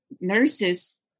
nurses